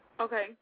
okay